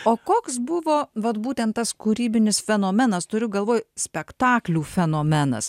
o koks buvo vat būtent tas kūrybinis fenomenas turiu galvoj spektaklių fenomenas